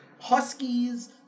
huskies